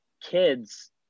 kids